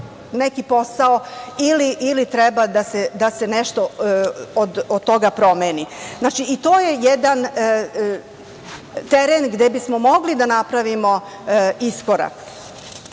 neki posao ili treba da se nešto od toga promeni. Znači i to je jedan teren gde bismo mogli da napravimo iskorak. Što